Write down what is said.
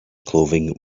clothing